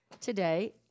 today